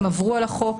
הם עברו על החוק,